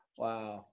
Wow